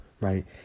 right